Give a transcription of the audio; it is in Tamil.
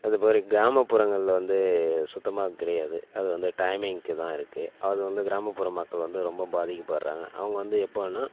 அது மாதிரி கிராமப்புறங்களில் வந்து சுத்தமாக கிடையாது அது வந்து டைமிங்க்கு தான் இருக்கு அது வந்து கிராமப்புற மக்கள் வந்து ரொம்ப பாதிக்கப்படுறாங்க அவங்க வந்து எப்போன்னா